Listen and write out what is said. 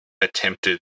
attempted